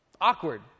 awkward